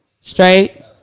Straight